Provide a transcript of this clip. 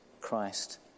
Christ